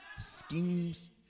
schemes